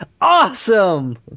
Awesome